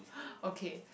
okay